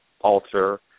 alter